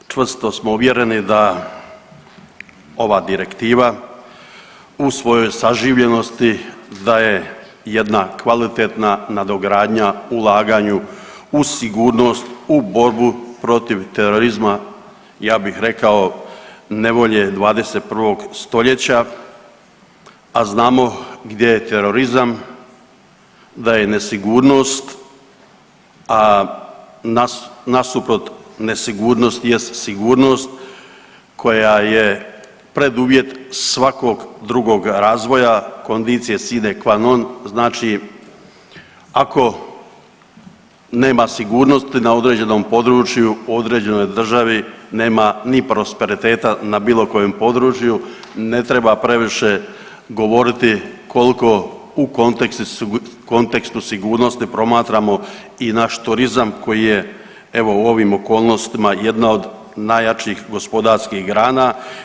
Čvrsto smo uvjereni da ova direktiva u svojoj saživljenosti da je jedna kvalitetna nadogradnja ulaganju u sigurnost, u borbu protiv terorizma, ja bih rekao nevolje 21. stoljeća, a znamo gdje je terorizam da je nesigurnost, a nasuprot nesigurnosti jest sigurnost koja je preduvjet svakog drugog razvoja conditio sine qua non, znači ako nema sigurnosti na određenom području u određenoj državi nema ni prosperiteta na bilo kojem području, ne treba previše govoriti koliko u kontekstu sigurnosti promatramo i naš turizam koji je evo u ovim okolnostima jedna od najjačih gospodarskih grana.